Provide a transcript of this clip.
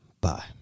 Bye